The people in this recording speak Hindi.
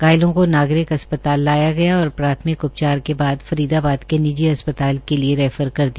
घायलों को नागरिक अस्पताल लाया गया और प्राथमिक उपचार के बाद फरीदाबाद के निजी अस्पताल के लिए रैफर कर दिया